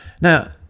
Now